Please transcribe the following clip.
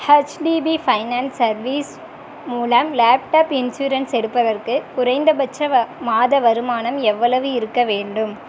HDB finance service மூலம் laptop insurance எடுப்பதற்கு குறைந்தபட்ச மாத வருமானம் எவ்வளவு இருக்கவேண்டும்